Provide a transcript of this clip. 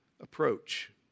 approach